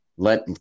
let